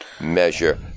measure